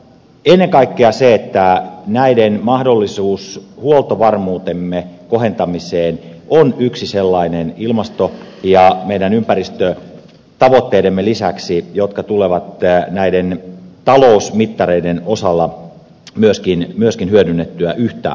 ennen kaikkea näiden mahdollisuus huoltovarmuutemme kohentamiseen on yksi sellainen meidän ilmasto ja ympäristötavoitteidemme lisäksi joka myöskin tulee näiden talousmittareiden osalla hyödynnettyä yhtä aikaa